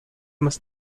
más